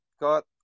got